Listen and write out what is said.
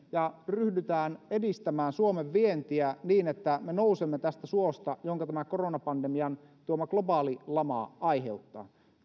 ja ryhdytään edistämään suomen vientiä niin että me nousemme tästä suosta jonka koronapandemian tuoma globaali lama aiheuttaa